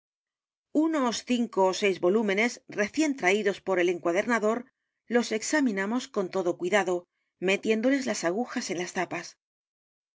unos cinco ó seis volúmenes recién traídos por el encuadernador los examinamos con todo cuidado metiéndoles las agujas en las tapas